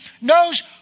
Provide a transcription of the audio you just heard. knows